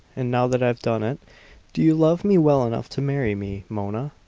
and now that i've done it do you love me well enough to marry me, mona?